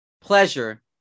pleasure